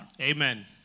Amen